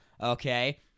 okay